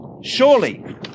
Surely